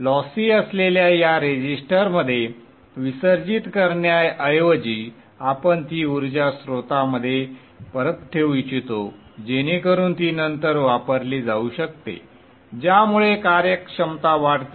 lossy असलेल्या या रेझिस्टरमध्ये विसर्जित करण्याऐवजी आपण ती उर्जा स्त्रोतामध्ये परत ठेवू इच्छितो जेणेकरून ती नंतर वापरली जाऊ शकते ज्यामुळे कार्यक्षमता वाढते